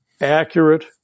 accurate